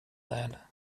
that